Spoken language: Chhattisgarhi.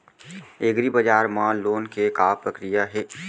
एग्रीबजार मा लोन के का प्रक्रिया हे?